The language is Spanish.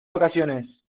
vacaciones